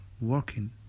working